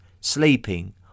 sleeping